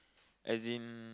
as in